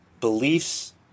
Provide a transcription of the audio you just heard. beliefs